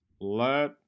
Let